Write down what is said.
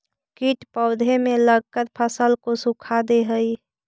कीट पौधे में लगकर फसल को सुखा दे हई